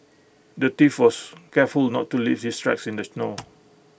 the thief was careful not to leave his tracks in the snow